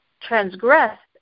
transgressed